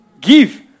Give